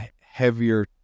heavier